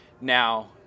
Now